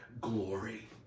glory